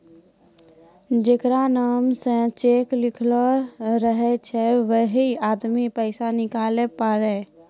जेकरा नाम से चेक लिखलो रहै छै वैहै आदमी पैसा निकालै पारै